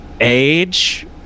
age